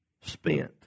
spent